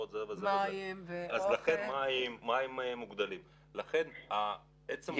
מים מוגדלים ועוד.